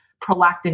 prolactin